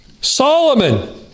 Solomon